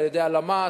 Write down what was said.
על-ידי הלמ"ס,